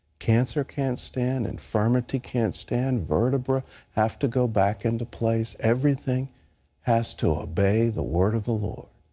cancer can't stand. infirmity can't stand. vertebra have to go back into place. everything has to obey the word of the lord.